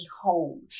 home